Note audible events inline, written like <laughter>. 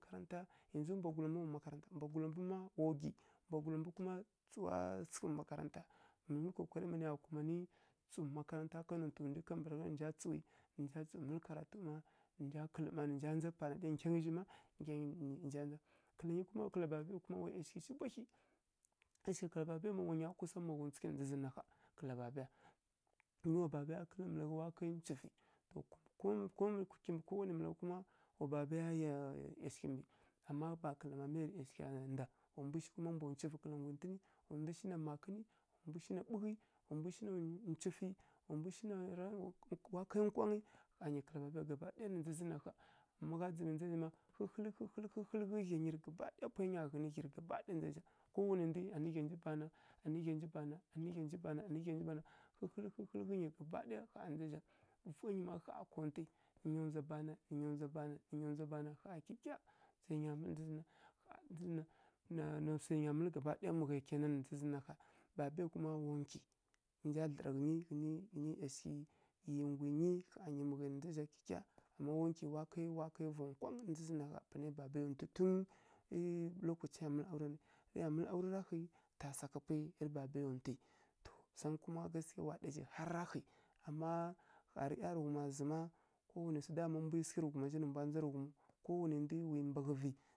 Makaranta yanzu mbwagula mbu má ɓa ggyi mbwagula mbu mma tsǝwa sǝghǝ mbǝ makaranta <unintelligible> mǝlǝ kokarǝ mma nǝya <unintelligible> ka nontu ndwi kambǝragha nǝ nja tsǝwi nǝ nja tsǝw mǝlǝ karatu mma nǝ nja kǝlǝ mma nǝ nja panga <unintelligible> nǝ nja ndza <unintelligible> kuma kǝla babaya kuma wa ˈyashighǝ shi bwahyi, ˈyashighǝ kǝla babaya kuma nya kusa maghuntsǝghǝ na ndza zǝ na ƙha kǝlǝ babaya. Domin wa babaya kǝ́lǝ́ malaghǝ wa kai ncufǝ kimbǝ kimbǝ kowanai malaghǝ kuma kowanai malaghǝi kuma wa babaya yá ˈyishighǝ mbǝ ama bakǝla mamaya ˈyashigha nda, wa mbu shi na ncufǝ bakǝla ngwintǝnǝ, wa mbu shi na makǝnǝ, wa mbu shi na ɓughǝ ncufǝ wa mbu <unintelligible> na ra kai nkwangǝ, ƙha nyi kǝla babaya gaba ɗaya na ndza zǝn ƙha, ma gha ndzǝ na ndza zǝn hǝhǝlǝghǝ-hǝhǝlǝghǝ-hǝhǝlǝghǝ ghya nyi gaba ɗaya pwai nya ghǝnǝ ghyi gaba ɗaya ko wanai ndwi anǝ ghya nji bana anǝ ghya nji bana anǝ ghya nji bana anǝ ghya nji bana hǝhǝlǝghǝ, hǝhǝlǝghǝ nyi gaba ɗaya na ndza zǝ zha. Vungha nyi má ƙha kontǝ ya nya ndzwa bana wa nya ndzwa bana wana nya bana ƙha kyikya <unintelligible> swai nya mǝlǝ na ndza zǝn na, ƙha na ndza zǝn na, swi nya mǝla na ndza zǝn na ƙha babaya kuma wa nkwi rǝ nja thlǝra ghǝnyi ghǝnyi ˈyashighǝi ˈyi gwi nyi ƙha nyi mughai kyikya na ndza zǝn na, wa kai va nkwangǝ na ndza zǝn na ƙha panai babaya ntwi tun lokacai ya mǝlǝ aurǝ, rǝ ya mǝlǝ aure raghǝ tasaghǝ pwai rǝ babaya ntwi to swangǝ kuma gasikiya wa ɗa zhi harǝ ra ghǝi, amma ƙha rǝ ˈyarǝghuma zǝma dama mbwi sǝghǝ rǝ ghuma zha nǝ mbwa ndza rǝ ghumǝw ko wanai ndwi wi mbaghǝvǝ.